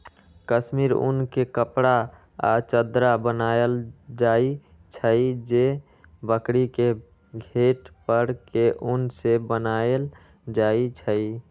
कस्मिर उन के कपड़ा आ चदरा बनायल जाइ छइ जे बकरी के घेट पर के उन से बनाएल जाइ छइ